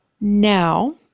Now